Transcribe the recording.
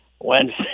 Wednesday